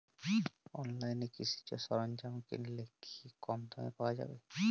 অনলাইনে কৃষিজ সরজ্ঞাম কিনলে কি কমদামে পাওয়া যাবে?